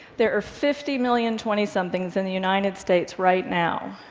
there are fifty million twentysomethings in the united states right now.